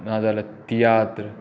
नाजाल्यार तियात्र